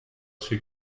she